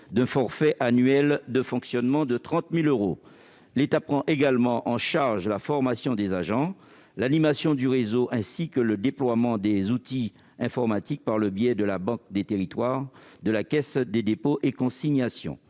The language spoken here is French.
d'un forfait annuel de fonctionnement de 30 000 euros. L'État prend également en charge la formation des agents, l'animation du réseau ainsi que le déploiement des outils informatiques par le biais de la Banque des territoires de la Caisse des dépôts et consignations.